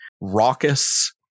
raucous